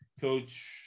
Coach